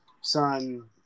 son